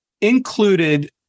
included